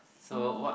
um